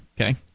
Okay